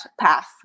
path